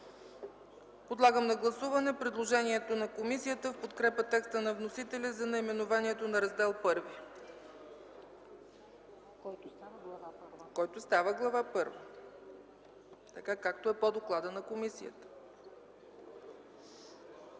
Подлагам на гласуване предложението на комисията в подкрепа текста на вносителя за наименованието на Раздел І, който става Глава първа, както е по доклада на комисията.